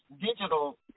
digital